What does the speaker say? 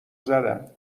زدن